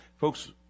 Folks